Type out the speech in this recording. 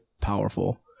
powerful